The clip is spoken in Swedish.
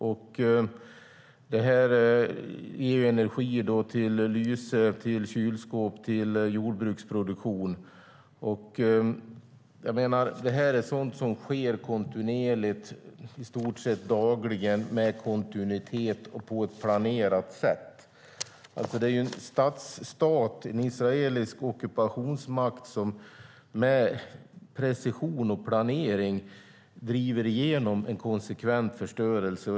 Dessa system ger energi till lyse, till kylskåp och till jordbruksproduktion. Det här är sådant som sker kontinuerligt, i stort sett dagligen och på ett planerat sätt. Det är en israelisk ockupationsmakt som med precision och planering driver igenom en konsekvent förstörelse.